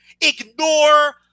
ignore